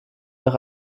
nach